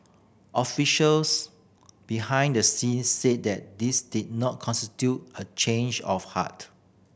officials behind the scenes said that this did not constitute a change of heart